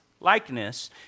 likeness